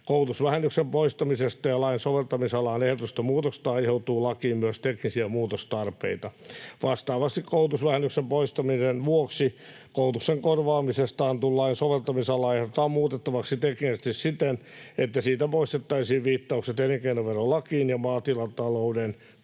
Koulutusvähennyksen poistamisesta ja lain soveltamisalaan ehdotetuista muutoksista aiheutuu lakiin myös teknisiä muutostarpeita. Vastaavasti koulutusvähennyksen poistamisen vuoksi koulutuksen korvaamisesta annetun lain soveltamisalaa ehdotetaan muutettavaksi teknisesti siten, että siitä poistettaisiin viittaukset elinkeinoverolakiin ja maatilatalouden tuloverolakiin.